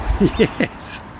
Yes